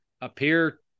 appear